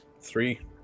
three